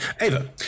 Ava